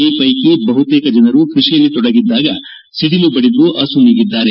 ಈ ಪ್ವೆಕಿ ಬಹುತೇಕ ಜನರು ಕ್ಪಷಿಯಲ್ಲಿ ತೊಡಗಿದ್ದಾಗ ಸಿದಿಲು ಬಡಿದು ಅಸುನೀಗಿದ್ದಾರೆ